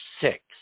six